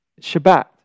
Shabbat